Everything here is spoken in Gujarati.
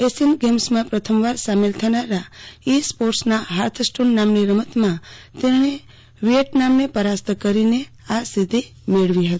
એશિયન ગેમ્સમાં પ્રથમવાર સામેલ થનારા ઇ સ્પોર્ટસના ફાર્થસ્ટોન નામની રમતમાં તેણે વિયેટનામને પરાસ્ત કરીને આ સિઘ્ઘિ મેળવી હતી